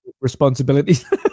responsibilities